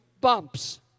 bumps